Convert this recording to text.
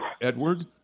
Edward